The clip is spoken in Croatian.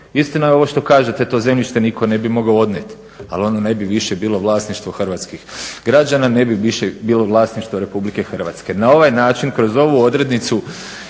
Istina je ovo što kažete to zemljište nitko ne bi mogao odnijeti, ali ono ne bi više bilo vlasništvo hrvatskih građana, ne bi više bilo vlasništvo RH. Na ovaj način kroz ovu odrednicu